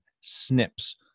Snips